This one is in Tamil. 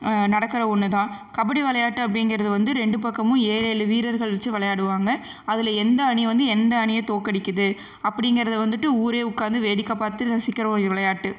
நடக்கிற ஒன்றுதான் கபடி விளையாட்டு அப்படிங்குறது வந்து ரெண்டு பக்கமும் ஏழேழு வீரர்கள் வச்சு விளையாடுவாங்கள் அதில் எந்த அணி வந்து எந்த அணியை தோற்கடிக்குது அப்படிங்குறத வந்துட்டு ஊரே உக்காந்து வந்து வேடிக்கை பார்த்து ரசிக்கிற விளையாட்டு